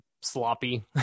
sloppy